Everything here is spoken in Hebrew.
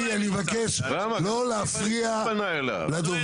גברתי, אני מבקש לא להפריע לדובר.